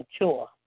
mature